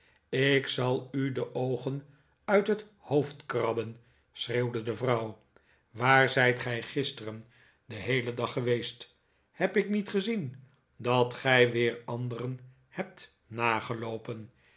ik zal u de oogen uit het hoofd krabben schreeuwde de vrouw waar zijt gij gisteren den heelen dag geweest heb ik niet gezien dat gij weer anderen hebt